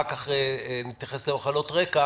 אחר כך נתייחס למחלות רקע